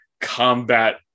combat